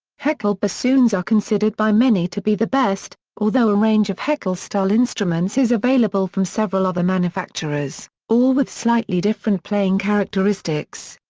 heckel bassoons are considered by many to be the best, although a range of heckel-style instruments is available from several other manufacturers, all with slightly different playing characteristics.